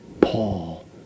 Paul